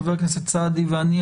חבר הכנסת סעדי ואני,